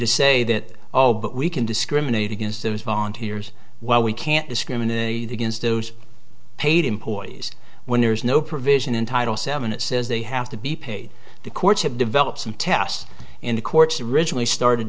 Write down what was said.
to say that oh but we can discriminate against those volunteers well we can't discriminate against those paid employees when there is no provision in title seven it says they have to be paid the courts have developed some tests and the courts originally started